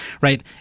right